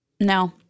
No